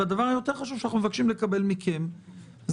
והדבר היותר חשוב שאנחנו מבקשים לקבל מכם זה,